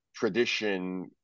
Tradition